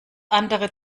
andere